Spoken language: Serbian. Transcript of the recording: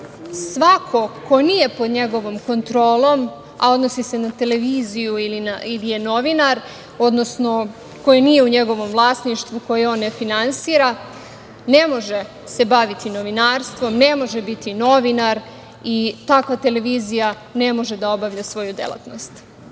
svako ko nije pod njegovom kontrolom, a odnosi se na televiziju ili je novinar, odnosno koji nije u njegovom vlasništvu, koji on ne finansira, ne može se baviti novinarstvom, ne može biti novinar i takva televizija ne može da obavlja svoju delatnost.